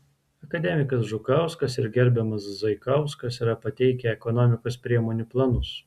akademikas žukauskas ir gerbiamas zaikauskas yra pateikę ekonomikos priemonių planus